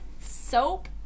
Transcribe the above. soap